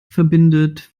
verbindet